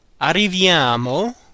arriviamo